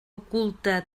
oculta